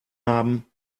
haben